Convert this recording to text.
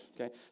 okay